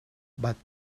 but